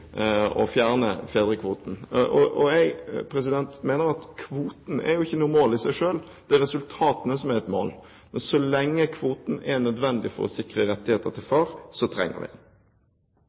å fjerne fedrekvoten. Jeg mener at kvoten ikke er noe mål i seg selv, det er resultatene som er et mål, men så lenge kvoten er nødvendig for å sikre rettigheter til far, trenger vi